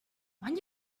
when